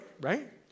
right